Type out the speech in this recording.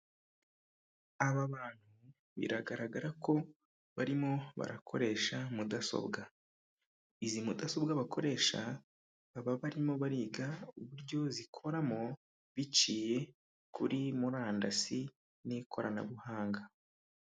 Aba bantu biragaragara ko barimo barakoresha mudasobwa. Izi mudasobwa bakoresha baba barimo bariga uburyo zikoramo, biciye kuri murandasi n'ikoranabuhanga.